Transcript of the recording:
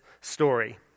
story